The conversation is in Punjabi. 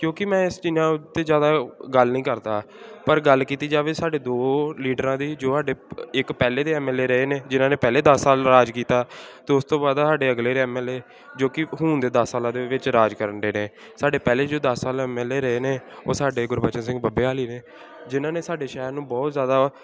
ਕਿਉਂਕਿ ਮੈਂ ਇਸ ਚੀਜ਼ਾਂ ਉੱਤੇ ਜ਼ਿਆਦਾ ਗੱਲ ਨਹੀਂ ਕਰਦਾ ਪਰ ਗੱਲ ਕੀਤੀ ਜਾਵੇ ਸਾਡੇ ਦੋ ਲੀਡਰਾਂ ਦੀ ਜੋ ਹਾਡੇ ਇੱਕ ਪਹਿਲੇ ਦੇ ਐਮ ਐਲ ਏ ਰਹੇ ਨੇ ਜਿਹਨਾਂ ਨੇ ਪਹਿਲਾਂ ਦਸ ਸਾਲ ਰਾਜ ਕੀਤਾ ਅਤੇ ਉਸ ਤੋਂ ਬਾਅਦ ਸਾਡੇ ਅਗਲੇ ਐਮ ਐਲ ਏ ਜੋ ਕਿ ਹਣ ਦੇ ਦਸ ਸਾਲਾਂ ਦੇ ਵਿੱਚ ਰਾਜ ਕਰਨ ਡੇ ਨੇ ਸਾਡੇ ਪਹਿਲੇ ਜੋ ਦਸ ਸਾਲ ਐਮ ਐਲ ਏ ਰਹੇ ਨੇ ਉਹ ਸਾਡੇ ਗੁਰਬਚਨ ਸਿੰਘ ਬੱਬੇ ਆਲੀ ਨੇ ਜਿਹਨਾਂ ਨੇ ਸਾਡੇ ਸ਼ਹਿਰ ਨੂੰ ਬਹੁਤ ਜ਼ਿਆਦਾ